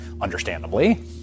understandably